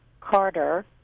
carter